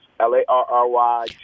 L-A-R-R-Y